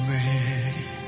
ready